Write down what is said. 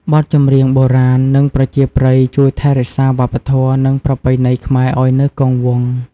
បទចម្រៀងបុរាណ និងប្រជាប្រិយជួយថែរក្សាវប្បធម៌ និងប្រពៃណីខ្មែរឱ្យនៅគង់វង្ស។